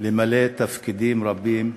למלא תפקידים רבים,